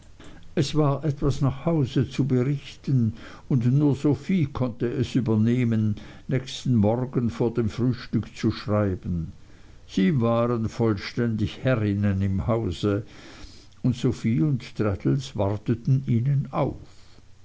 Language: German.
es war etwas nach hause zu berichten und nur sophie konnte es übernehmen nächsten morgen vor dem frühstück zu schreiben sie waren vollständig herrinnen im hause und sophie und traddles warteten ihnen auf